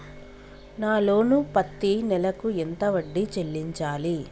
నా లోను పత్తి నెల కు ఎంత వడ్డీ చెల్లించాలి?